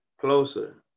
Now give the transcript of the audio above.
closer